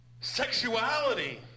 sexuality